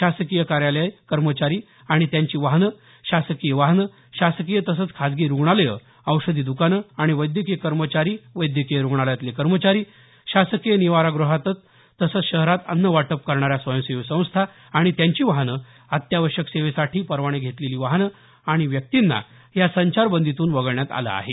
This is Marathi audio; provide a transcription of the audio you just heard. शासकीय कार्यालय कर्मचारी आणि त्यांची वाहनं शासकीय वाहनं शासकीय तसंच खाजगी रुग्णालयं औषधी दुकानं आणि वैद्यकीय कर्मचारी वैद्यकीय रुग्णालयातले कर्मचारी शासकीय निवारागृहात तसंच शहरात अन्न वाटप करणाऱ्या स्वयंसेवी संस्था आणि त्यांची वाहनं अत्यावश्यक सेवेसाठी परवाने घेतलेली वाहनं आणि व्यक्तींना या संचारबंदीतून वगळण्यात आलं आहे